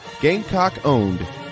Gamecock-owned